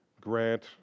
grant